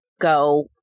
go